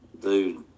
Dude